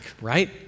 right